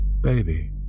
baby